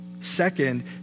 Second